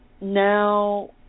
now